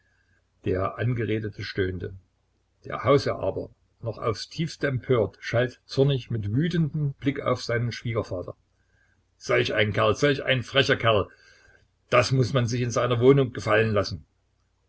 der angeredete stöhnte der hausherr aber noch aufs tiefste empört schalt zornig mit wütendem blick auf seinen schwiegervater solch ein kerl solch ein frecher kerl das muß man sich in seiner wohnung gefallen lassen